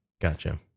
gotcha